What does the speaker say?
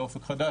באופק נשי,